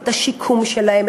את השיקום שלהם,